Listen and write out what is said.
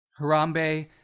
Harambe